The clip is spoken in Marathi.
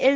एल